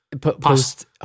post